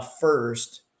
First